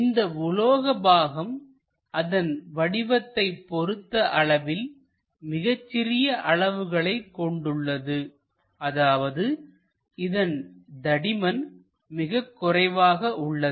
இந்த உலோக பாகம் அதன் வடிவத்தைப் பொறுத்த அளவில் மிகச் சிறிய அளவுகளை கொண்டுள்ளது அதாவது இதன் தடிமன் மிக குறைவாக உள்ளது